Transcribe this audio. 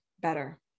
better